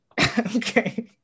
Okay